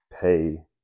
pay